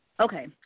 Okay